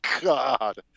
God